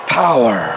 power